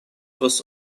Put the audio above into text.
was